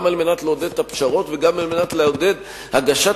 זה גם על מנת לעודד את הפשרות וגם על מנת לעודד הגשת